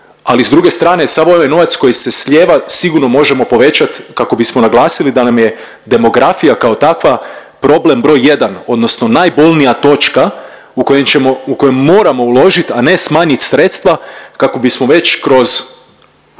ali s druge strane sav ovaj novac koji se slijeva sigurno možemo povećat kako bismo naglasili da nam je demografija kao takva problem broj jedan odnosno najbolnija točka u kojem ćemo, u kojem moramo uložit, a ne smanjit sredstva kako bismo već kroz